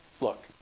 look